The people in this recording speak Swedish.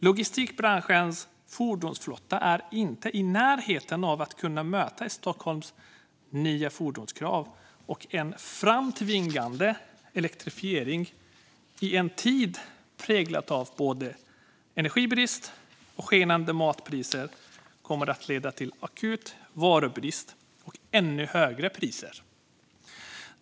Logistikbranschens fordonsflotta är inte i närheten av att kunna möta Stockholms nya fordonskrav, och en framtvingad elektrifiering i en tid präglad av både energibrist och skenande matpriser kommer att leda till akut varubrist och ännu högre priser.